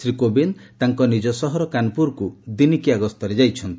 ଶ୍ରୀ କୋବିନ୍ଦ ତାଙ୍କ ନିଜ ସହର କାନପୁରକୁ ଦିନିକିଆ ଗସ୍ତରେ ଯାଇଛନ୍ତି